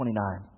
29